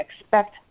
expect